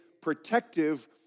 protective